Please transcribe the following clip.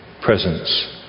presence